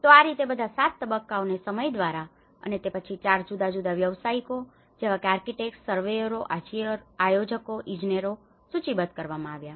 તો આ રીતે આ બધા 7 તબક્કાઓને સમયદ્વારા અને તે પછી 4 જુદા જુદા વ્યાવસાયિકો જેવા કે આર્કિટેક્ટ સર્વેયરો આયોજકો ઇજનેરો સૂચિબદ્ધ કરવામાં આવ્યા છે